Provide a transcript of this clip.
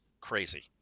crazy